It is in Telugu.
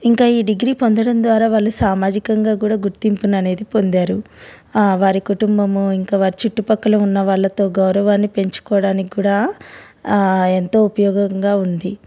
ఇంకా ఈ డిగ్రీ పొందడం ద్వారా వాళ్ళు సామాజికంగానూ కూడా గుర్తింపున అనేది పొందారు వారి కుటుంబము ఇంకా వారి చుట్టుపక్కల ఉన్న వాళ్ళతో గౌరవాన్ని పెంచుకోవడానికి కూడా ఎంతో ఉపయోగంగా ఉంది